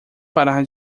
parar